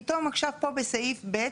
פתאום עכשיו פה בסעיף (ב),